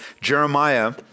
Jeremiah